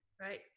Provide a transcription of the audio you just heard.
right